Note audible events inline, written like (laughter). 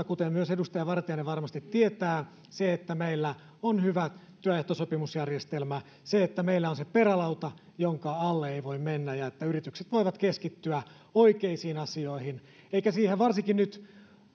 (unintelligible) kuten myös edustaja vartiainen varmasti tietää se nostaa tuottavuutta että meillä on hyvä työehtosopimusjärjestelmä että meillä on se perälauta jonka alle ei voi mennä ja että yritykset voivat keskittyä oikeisiin asioihin varsinkin nyt